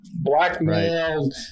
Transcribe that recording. blackmailed